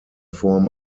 form